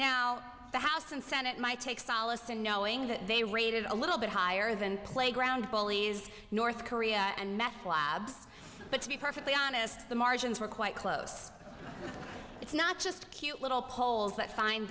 now the house and senate might take solace in knowing that they rated a little bit higher other than playground bullies north korea and meth labs but to be perfectly honest the margins were quite close it's not just cute little poles that find